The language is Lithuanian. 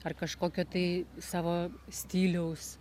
ar kažkokio tai savo stiliaus